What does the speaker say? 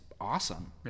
awesome